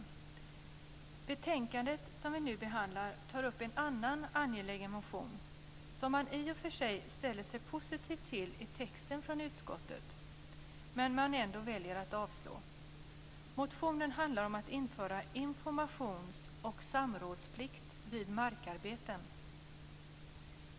I det betänkande som vi nu behandlar tas en annan angelägen motion upp som man i och för sig i texten från utskottet ställer sig positiv till men som man ändå väljer att avstyrka. Motionen handlar om att införa informations och samrådsplikt vid markarbeten.